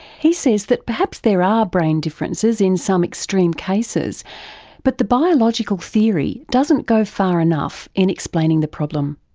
he says that perhaps there are ah brain differences in some extreme cases but the biological theory doesn't go far enough in explaining the problem.